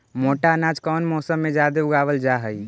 मोटा अनाज कौन मौसम में जादे उगावल जा हई?